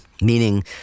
Meaning